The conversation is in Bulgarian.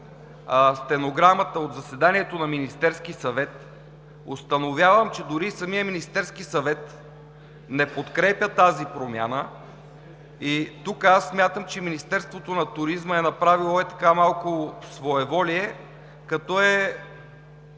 стенограмата от заседанието на Министерския съвет, установявам, че дори самият Министерски съвет не подкрепя тази промяна, и тук аз смятам, че Министерството на туризма е направило ей така малко своеволие, като е